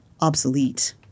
obsolete